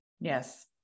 Yes